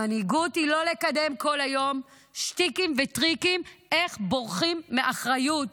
מנהיגות היא לא לקדם כל היום שטיקים וטריקים איך בורחים מאחריות,